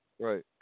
Right